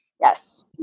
Yes